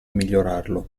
migliorarlo